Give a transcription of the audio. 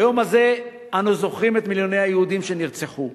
ביום הזה אנו זוכרים את מיליוני היהודים שנרצחו,